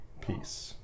Peace